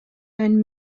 and